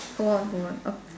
hold on hold on ok~